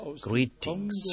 Greetings